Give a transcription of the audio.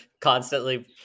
constantly